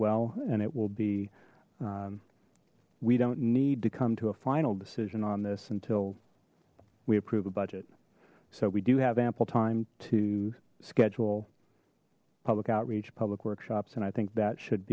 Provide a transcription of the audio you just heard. well and it we'll be we don't need to come to a final decision on this until we approve a budget so we do have ample time to schedule public outreach public workshops and i think that should